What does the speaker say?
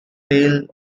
tale